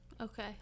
Okay